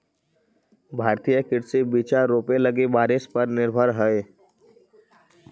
भारतीय कृषि बिचा रोपे लगी बारिश पर निर्भर हई